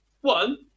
One